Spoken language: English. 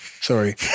Sorry